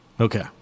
Okay